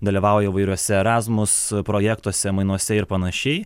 dalyvauja įvairiuose erasmus projektuose mainuose ir panašiai